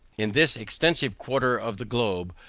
in this extensive quarter of the globe,